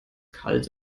kalt